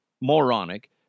Moronic